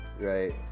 right